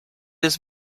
has